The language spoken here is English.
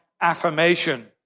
affirmation